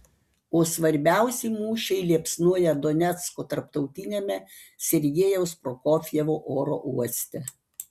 o svarbiausi mūšiai liepsnoja donecko tarptautiniame sergejaus prokofjevo oro uoste